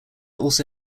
also